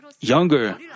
younger